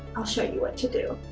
i'll show you what to do,